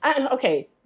Okay